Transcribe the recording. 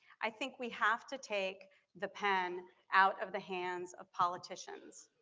i think we have to take the pen out of the hands of politicians.